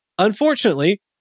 Unfortunately